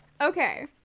Okay